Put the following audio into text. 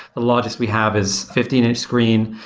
the largest we have is fifteen inch screen.